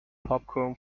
popcorn